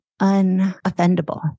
unoffendable